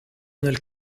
nel